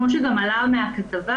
כמו שגם עלה מהכתבה,